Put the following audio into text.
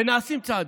ונעשים צעדים,